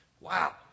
Wow